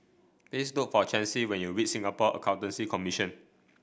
please look for Chancey when you reach Singapore Accountancy Commission